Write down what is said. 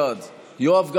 בעד יואב גלנט,